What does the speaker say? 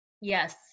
Yes